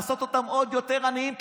לעשות אותם עוד יותר עניים,